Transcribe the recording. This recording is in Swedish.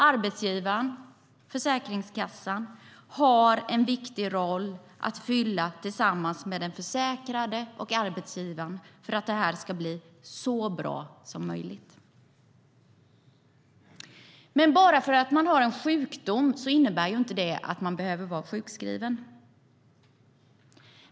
Arbetsgivaren och Försäkringskassan har en viktig roll att fylla tillsammans med den försäkrade för att det ska bli så bra som möjligt. Men bara för att man har en sjukdom innebär det inte att man behöver vara sjukskriven.